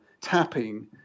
tapping